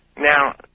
Now